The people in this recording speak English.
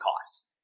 cost